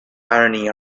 irony